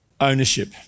Ownership